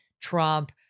Trump